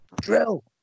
drill